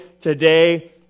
today